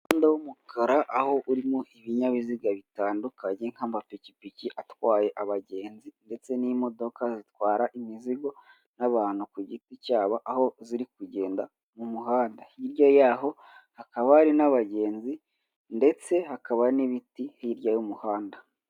Umuhanda w'umukara aho urimo ibinyabiziga bitandukanye nk'amapikipiki atwaye abagenzi ndetse n'imodoka zitwara imizigo n'abantu ku giti cyabo aho ziri kugenda mu muhanda, hirya yaho hakaba hari n'abagenzi ndetse hakaba n'ibiti hirya y'umuhanda.